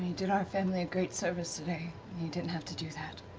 did our family a great service today, and you didn't have to do that.